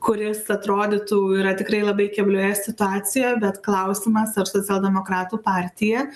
kuris atrodytų yra tikrai labai keblioje situacijoje bet klausimas ar socialdemokratų partija